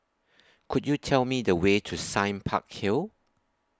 Could YOU Tell Me The Way to Sime Park Hill